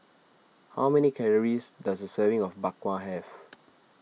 how many calories does a serving of Bak Kwa have